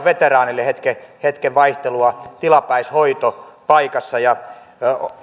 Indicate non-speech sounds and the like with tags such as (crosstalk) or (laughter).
(unintelligible) veteraanille hetki hetki vaihtelua tilapäishoitopaikassa